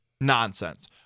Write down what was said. Nonsense